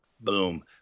Boom